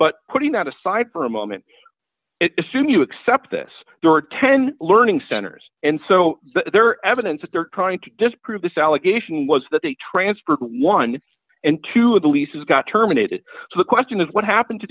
but putting that aside for a moment it soon you accept this there are ten learning centers and so there evidence that they're trying to disprove this allegation was that they transferred one and two of the leases got terminated so the question is what happened to